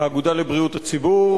האגודה לבריאות הציבור,